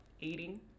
eating